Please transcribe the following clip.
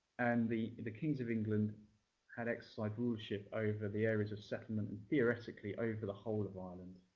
and the the kings of england had exercised rulership over the areas of settlement and, theoretically, over the whole of ireland.